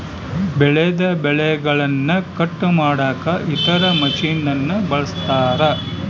ಬೆಳೆದ ಬೆಳೆಗನ್ನ ಕಟ್ ಮಾಡಕ ಇತರ ಮಷಿನನ್ನು ಬಳಸ್ತಾರ